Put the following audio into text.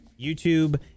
YouTube